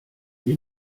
dir